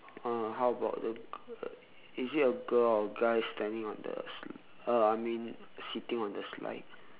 err how about the is it a girl or guy standing on the sli~ uh I mean sitting on the slide